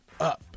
up